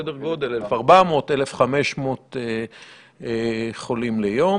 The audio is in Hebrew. סדר גודל 1,500-1,400 חולים יום.